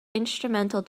instrumental